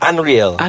Unreal